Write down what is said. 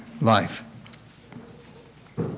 life